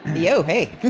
yo, hey!